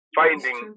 finding